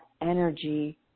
energy